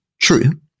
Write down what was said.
True